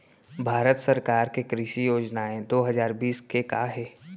भारत सरकार के कृषि योजनाएं दो हजार बीस के का हे?